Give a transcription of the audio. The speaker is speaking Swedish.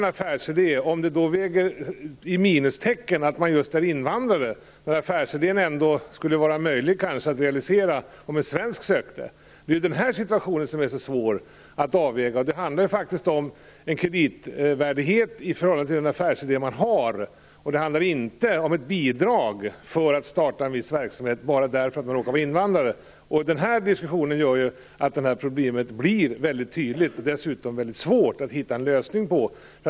Det får inte medföra ett minustecken att vara invandrare om man söker stöd för en affärsidé, som skulle vara möjlig att realisera, och som en svensk kanske skulle få stöd för. Det är denna situation som är så svår. Det handlar om att avväga kreditvärdigheten i förhållande till den affärsidé man har. Det handlar inte om något bidrag till att starta en viss verksamhet som man får bara därför att man råkar vara invandrare. Denna diskussion gör att problemet blir väldigt tydligt, och det är dessutom väldigt svårt att hitta en lösning på det.